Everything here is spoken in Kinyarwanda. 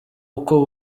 uko